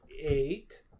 eight